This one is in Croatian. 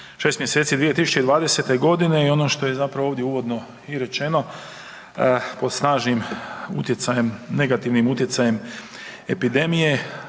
6 mjeseci 2020. godine i ono što je ovdje uvodno i rečeno pod snažnim negativnim utjecajem epidemije,